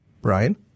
Brian